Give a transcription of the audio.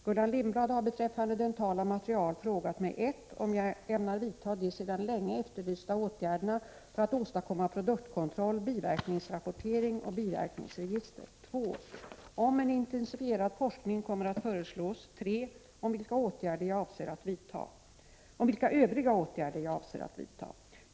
Gullan Lindblad har beträffande dentala material frågat mig 1. om jag ämnar vidta de sedan länge efterlysta åtgärderna för att åstadkomma produktkontroll, biverkningsrapportering och biverkningsregister, 2. om en intensifierad forskning kommer att föreslås, 3. vilka övriga åtgärder jag avser att vidta.